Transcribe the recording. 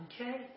Okay